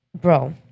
Bro